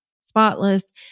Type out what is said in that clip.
spotless